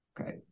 okay